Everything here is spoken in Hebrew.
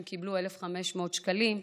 הם קיבלו 1,500 שקלים,